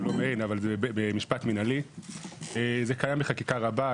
זה קיים בחקיקה רבה,